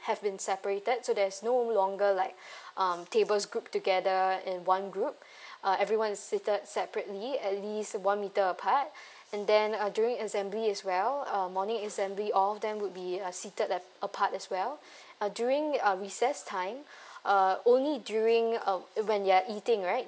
have been separated so there's no longer like um tables group together in one group uh everyone is seated separately at least one meter apart and then uh during assembly as well uh morning assembly all of them would be uh seated a~ apart as well uh during uh recess time uh only during uh when they're eating right